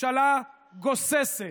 ממשלה גוססת,